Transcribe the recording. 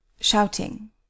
Shouting